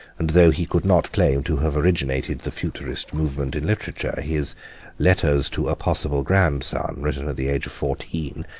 and though he could not claim to have originated the futurist movement in literature, his letters to a possible grandson, written at the age of fourteen,